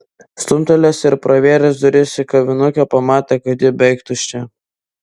stumtelėjęs ir pravėręs duris į kavinukę pamatė kad ji beveik tuščia